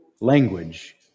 language